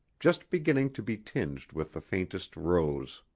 just beginning to be tinged with the faintest rose.